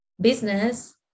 business